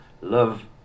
love